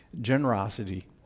generosity